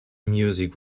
music